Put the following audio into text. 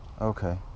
Okay